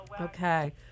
Okay